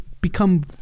become